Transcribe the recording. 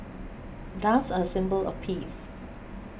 doves are a symbol of peace